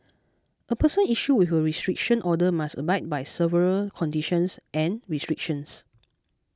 a person issued with her restriction order must abide by several conditions and restrictions